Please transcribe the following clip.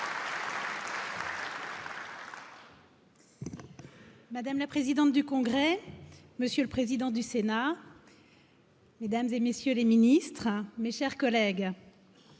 madame la présidente du congrès monsieur le président du sénat mesdames et messieurs les ministres mes chers collègues